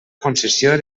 concessió